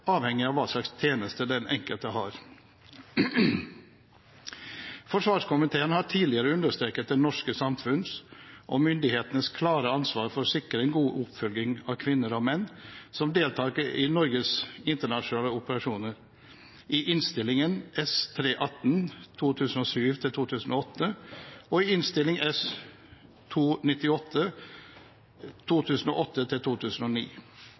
avhengig av hva slags tjeneste den enkelte har. Forsvarskomiteen har tidligere understreket det norske samfunns og myndighetenes klare ansvar for å sikre en god oppfølging av kvinner og menn som deltar for Norge i internasjonale operasjoner, i Innst. S. nr. 318 for 2007–2008 og Innst. S.